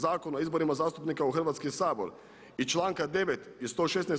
Zakona o izborima zastupnika u Hrvatski sabor i članka 9. i 116.